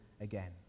again